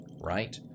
right